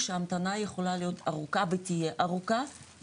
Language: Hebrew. ההמתנה יכולה להיות ארוכה ותהיה ארוכה,